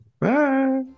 Bye